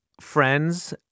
friends